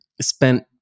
spent